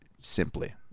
simply